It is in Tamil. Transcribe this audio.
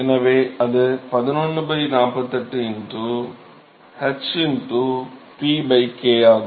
எனவே அது 1148 h P k ஆகும்